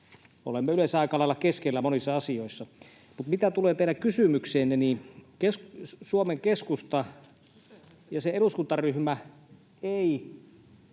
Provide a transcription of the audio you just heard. olemme yleensä aika lailla keskellä monissa asioissa. Mutta mitä tulee teidän kysymykseenne, niin Suomen Keskusta ja sen eduskuntaryhmä eivät